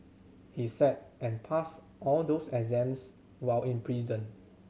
he sat and passed all those exams while in prison